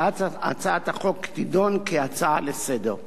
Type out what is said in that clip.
שהצעת החוק תידון כהצעה לסדר-היום.